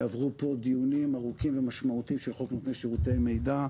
עברו פה דיונים ארוכים ומשמעותיים של חוק נותני שירותי מידע.